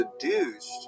seduced